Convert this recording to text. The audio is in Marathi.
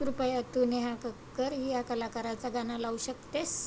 कृपया तू नेहा कक्कर या कलाकाराचं गाणं लावू शकतेस